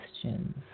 questions